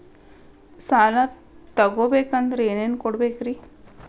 ಸಾಲ ತೊಗೋಬೇಕಂದ್ರ ಏನೇನ್ ಕೊಡಬೇಕ್ರಿ?